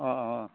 অঁ অঁ